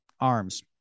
arms